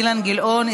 אילן גילאון,